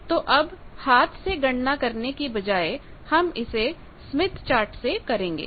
तो अब हाथ से गणना करने के बजाय हम इसे स्मिथ चार्ट से करेंगे